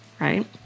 right